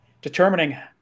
Determining